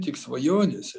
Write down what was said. tik svajonėse